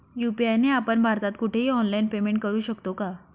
UPI ने आपण भारतात कुठेही ऑनलाईन पेमेंट करु शकतो का?